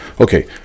okay